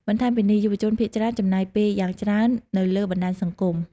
បន្ថែមពីនេះ យុវជនភាគច្រើនចំណាយពេលយ៉ាងច្រើននៅលើបណ្តាញសង្គម។